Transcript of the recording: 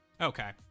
okay